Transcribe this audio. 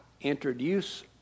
introduce